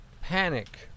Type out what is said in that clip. panic